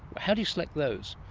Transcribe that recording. how do you select those?